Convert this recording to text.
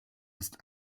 ist